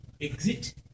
exit